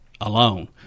alone